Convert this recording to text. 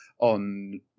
on